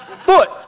foot